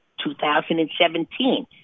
2017